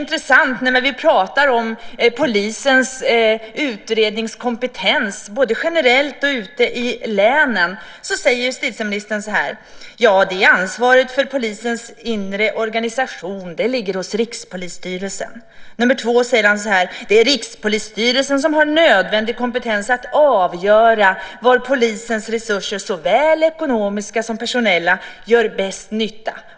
När vi talar om polisens utredningskompetens både generellt och ute i länen säger justitieministern för det första att ansvaret för polisens inre organisation ligger hos Rikspolisstyrelsen. För det andra säger han: "Det är Rikspolisstyrelsen som har nödvändig kompetens att avgöra var polisens resurser, såväl ekonomiska som personella, gör bäst nytta."